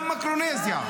גם מיקרונזיה,